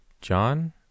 John